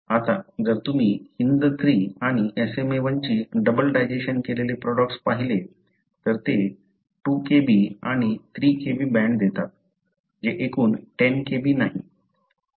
आता जर तुम्ही HindIII आणि SmaI ची डबल डायजेशन केलेले प्रोडक्टस पाहिले तर ते 2 Kb आणि 3 Kb बँड देतात जे एकूण 10 Kb नाही